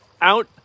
out